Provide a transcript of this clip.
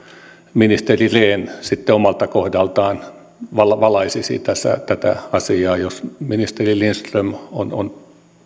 ministeri rehn sitten omalta kohdaltaan valaisisi tätä asiaa jos ministeri lindström on on